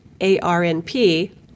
ARNP